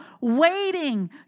waiting